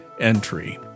entry